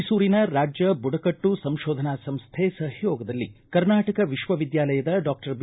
ಮೈಸೂರಿನ ರಾಜ್ಯ ಬುಡಕಟ್ಟು ಸಂಶೋಧನಾ ಸಂಸ್ಥೆ ಸಹಯೋಗದಲ್ಲಿ ಕರ್ನಾಟಕ ವಿಶ್ವವಿದ್ಯಾಲಯದ ಡಾಕ್ಟರ್ ಬಿ